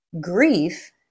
grief